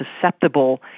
susceptible